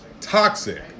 Toxic